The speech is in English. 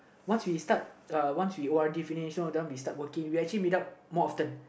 once we start uh once we O_R_D finish you know then we start working we actually meet up more often